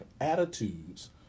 attitudes